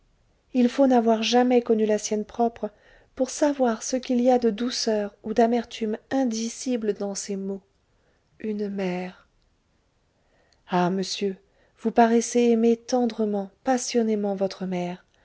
il faut n'avoir jamais connu la sienne propre pour savoir ce qu'il y a de douceur ou d'amertume indicible dans ces mots une mère ah monsieur vous paraissez aimer tendrement passionnément votre mère